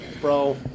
Bro